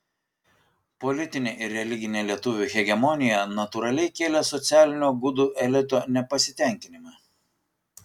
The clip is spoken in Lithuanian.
politinė ir religinė lietuvių hegemonija natūraliai kėlė socialinio gudų elito nepasitenkinimą